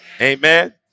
Amen